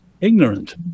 ignorant